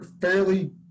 fairly